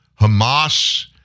Hamas